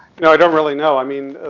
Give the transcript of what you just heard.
no, i don't really know. i mean the,